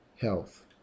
health